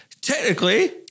technically